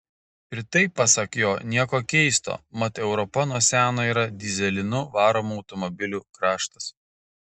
ir tai pasak jo nieko keisto mat europa nuo seno yra dyzelinu varomų automobilių kraštas